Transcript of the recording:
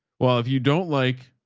well, if you don't like,